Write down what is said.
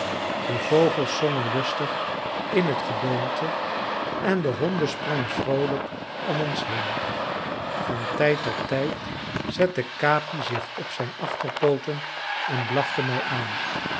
de vogels zongen lustig in het geboomte en de honden sprongen vroolijk om ons heen van tijd tot tijd zette capi zich op zijn achterpooten en blafte mij aan